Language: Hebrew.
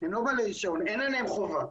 אין עליהם חובה,